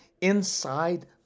inside